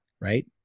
Right